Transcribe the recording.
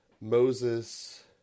Moses